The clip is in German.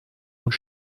und